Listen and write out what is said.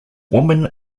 women